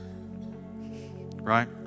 right